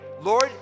Lord